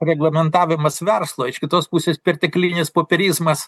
reglamentavimas verslo iš kitos pusės perteklinis popierizmas